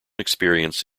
experience